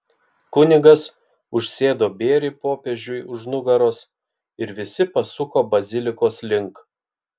kunigas užsėdo bėrį popiežiui už nugaros ir visi pasuko bazilikos link